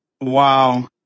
wow